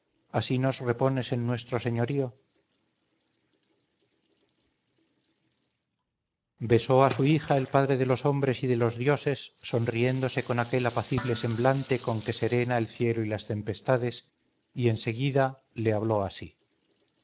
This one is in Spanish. así nos repones en nuestro señorío besó a su hija el padre de los hombres y de los dioses sonriéndose con aquel apacible semblante con que serena el cielo y las tempestades y en seguida le habló así